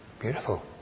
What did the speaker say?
Beautiful